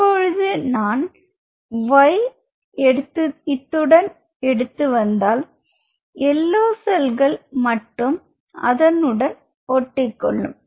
இப்பொழுது நான் Y'மை இத்துடன் எடுத்து வந்தால் எல்லோ செல்கள் மட்டும் அதனுடன் ஒட்டிக்கொள்ளும்